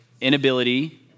inability